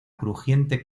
crujiente